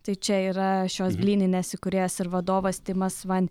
tai čia yra šios blyninės įkūrėjas ir vadovas timas van